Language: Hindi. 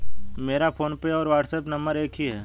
मेरा फोनपे और व्हाट्सएप नंबर एक ही है